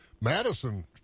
Madison